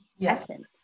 essence